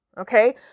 okay